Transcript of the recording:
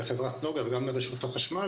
לחברת נגה וגם לרשות החשמל,